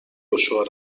دشوار